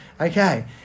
okay